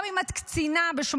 גם אם את קצינה ב-8200,